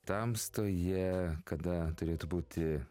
tamstoje kada turėtų būti